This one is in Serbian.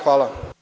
Hvala.